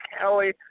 Kelly